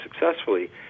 successfully